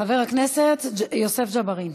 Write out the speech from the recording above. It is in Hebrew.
חבר הכנסת יוסף ג'בארין,